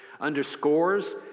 underscores